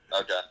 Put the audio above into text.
Okay